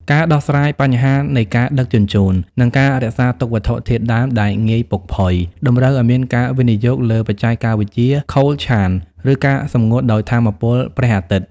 ការដោះស្រាយបញ្ហានៃការដឹកជញ្ជូន និងការរក្សាទុកវត្ថុធាតុដើមដែលងាយពុកផុយ តម្រូវឱ្យមានការវិនិយោគលើបច្ចេកវិទ្យា Cold Chain ឬការសម្ងួតដោយថាមពលព្រះអាទិត្យ។